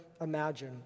imagine